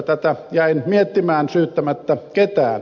tätä jäin miettimään syyttämättä ketään